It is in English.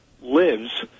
Lives